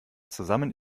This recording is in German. zusammen